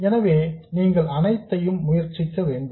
எனவே நீங்கள் அனைத்தையும் முயற்சிக்க வேண்டும்